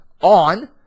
on